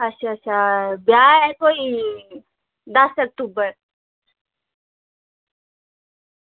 अच्छा अच्छा ब्याह् ऐ कोई दस्स अक्तूबर